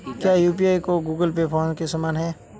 क्या यू.पी.आई और Google Pay PhonePe समान हैं?